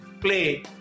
play